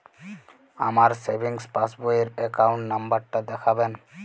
আমার সেভিংস পাসবই র অ্যাকাউন্ট নাম্বার টা দেখাবেন?